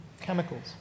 chemicals